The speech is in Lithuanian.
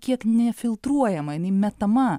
kiek nefiltruojama jinai metama